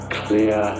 clear